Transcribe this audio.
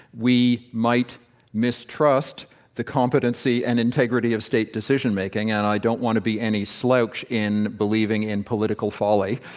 we might mistrust the competency and integrity of state decision-making. and i don't want to be any slouch in believing in political folly.